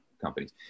companies